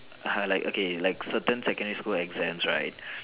like okay like certain secondary school exams right